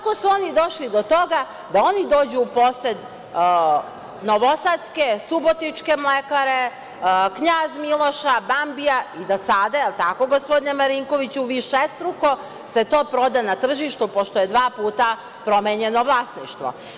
Kako su oni došli do toga da oni dođu u posed novosadske, subotičke mlekare, "Knjaz Miloša", "Bambija", i da se sada, jel tako gospodine Marinkoviću, višestruko to proda na tržištu, pošto je dva puta promenjeno vlasništvo?